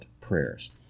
prayers